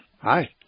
hi